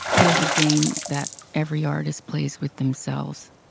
there's a game that every artist plays with themselves,